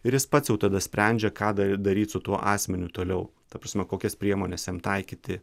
ir jis pats jau tada sprendžia ką da daryt su tuo asmeniu toliau ta prasme kokias priemones jam taikyti